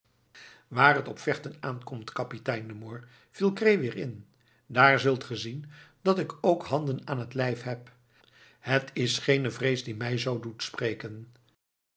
waar het op vechten aankomt kapitein de moor viel cret weer in daar zult ge zien dat ik ook handen aan het lijf heb het is geene vrees die mij zoo doet spreken